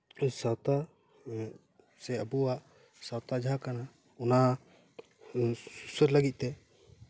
ᱥᱟᱶᱛᱟ ᱥᱮ ᱟᱵᱚᱣᱟᱜ ᱥᱟᱶᱛᱟ ᱡᱟᱦᱟᱸ ᱠᱟᱱᱟ ᱚᱱᱟ ᱥᱩᱥᱟᱹᱨ ᱞᱟᱹᱜᱤᱫ ᱛᱮ